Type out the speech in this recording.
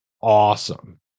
awesome